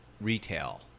retail